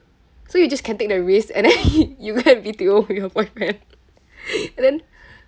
so you just can take the risk and then you go and B_T_O with your boyfriend and then